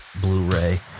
Blu-ray